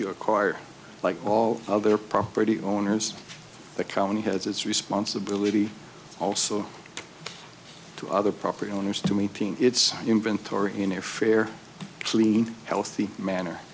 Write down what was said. you acquire like all of their property owners the county has its responsibility also to other property owners to meet its inventory in their fair clean healthy manner